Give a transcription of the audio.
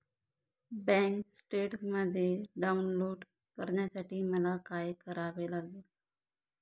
Bank statement download करण्यासाठी मला काय करावे लागेल?